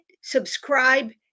subscribe